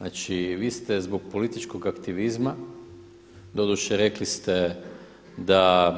Znači, vi ste zbog političkog aktivizma, doduše rekli ste da